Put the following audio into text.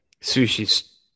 sushi's